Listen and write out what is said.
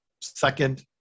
second